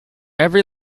every